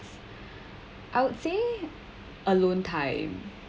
I would say alone time